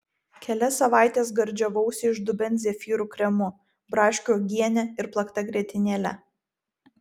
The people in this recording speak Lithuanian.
kelias savaites gardžiavausi iš dubens zefyrų kremu braškių uogiene ir plakta grietinėle